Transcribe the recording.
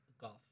golf